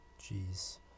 Jeez